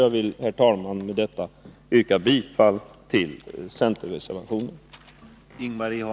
Herr talman! Jag ber att få yrka bifall till reservation 2.